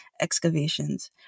excavations